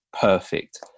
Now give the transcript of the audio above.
perfect